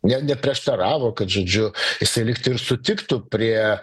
ne neprieštaravo kad žodžiu jisai lygtai ir sutiktų prie